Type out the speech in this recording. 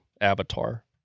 avatar